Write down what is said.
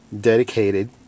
dedicated